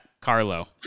Carlo